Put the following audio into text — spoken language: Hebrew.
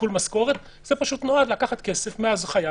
עיקול משכורת זה פשוט נועד לקחת כסף מהחייב